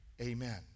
amen